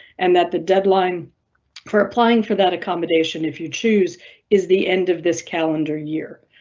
and that the deadline for applying for that accommodation if you choose is the end of this calendar year.